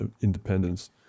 independence